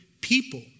people